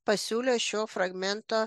pasiūlė šio fragmento